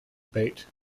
debate